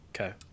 Okay